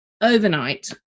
overnight